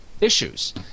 Issues